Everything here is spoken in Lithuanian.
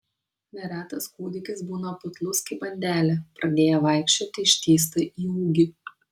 neretas kūdikis būna putlus kaip bandelė pradėję vaikščioti ištįsta į ūgį